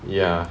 ya